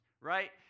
right